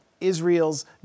Israel's